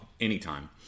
anytime